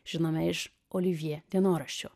žinome iš olivje dienoraščio